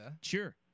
Sure